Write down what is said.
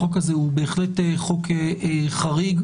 החוק הזה הוא בהחלט חוק חריג.